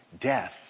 death